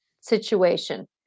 situation